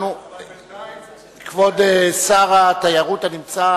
כבוד שר התיירות הנמצא